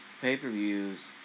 pay-per-views